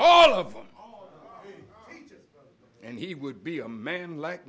of them and he would be a man like